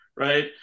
Right